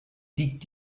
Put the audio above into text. liegt